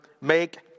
make